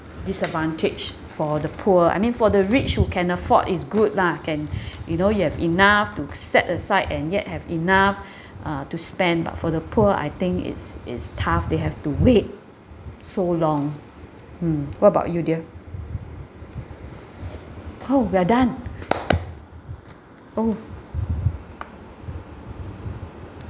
disadvantage for the poor I mean for the rich who can afford it's good lah can you know you have enough to set aside and yet have enough uh to spend but for the poor I think it's it's tough they have to wait so long hmm what about you dear [ho] we are done oh